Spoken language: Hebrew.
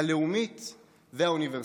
הלאומית והאוניברסלית.